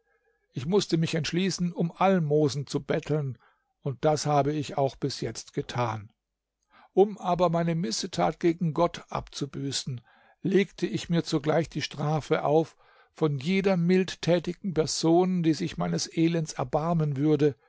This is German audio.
ich mußte mich entschließen um almosen zu betteln und das habe ich auch bis jetzt getan um aber meine missetat gegen gott abzubüßen legte ich mir zugleich die strafe auf von jeder mildtätigen person die sich meines elends erbarmen würde